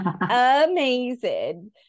amazing